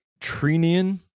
Trinian